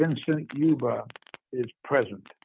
vincent president